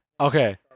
okay